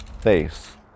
face